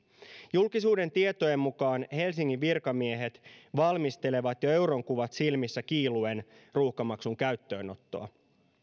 julkisuuden tietojen mukaan helsingin virkamiehet valmistelevat jo euronkuvat silmissä kiiluen ruuhkamaksun käyttöönottoa